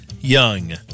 Young